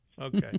Okay